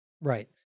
Right